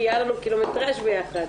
כי היה לנו קילומטראז' ביחד,